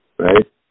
Right